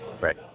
Right